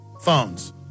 phones